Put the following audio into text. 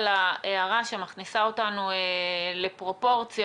על ההערה שמכניסה אותנו לפרופורציות,